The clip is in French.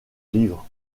livres